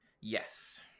Yes